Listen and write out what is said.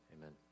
Amen